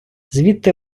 звідти